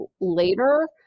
later